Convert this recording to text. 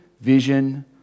vision